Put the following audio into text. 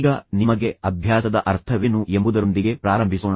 ಈಗ ನಿಮಗೆ ಅಭ್ಯಾಸದ ಅರ್ಥವೇನು ಎಂಬುದರೊಂದಿಗೆ ಪ್ರಾರಂಭಿಸೋಣ